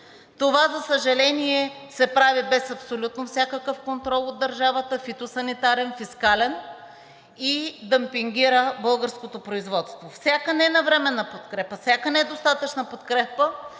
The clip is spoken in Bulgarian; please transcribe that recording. Това, за съжаление, се прави без абсолютно всякакъв контрол от държавата – фитосанитарен, фискален, и дъмпингира българското производство. Всяка ненавременна подкрепа, всяка недостатъчна подкрепа